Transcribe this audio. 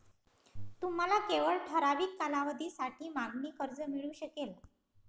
तुम्हाला केवळ ठराविक कालावधीसाठी मागणी कर्ज मिळू शकेल